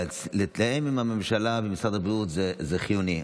לתאם עם הממשלה ומשרד הבריאות זה חיוני,